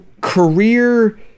career